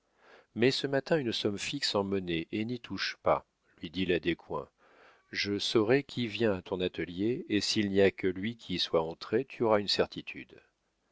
mets ce matin une somme fixe en monnaie et n'y touche pas lui dit la descoings je saurai qui vient à ton atelier et s'il n'y a que lui qui y soit entré tu auras une certitude